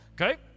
okay